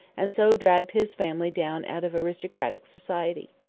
and so dragged his family down out of aristocratic society.